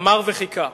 אמר וחיכה.